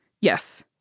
Yes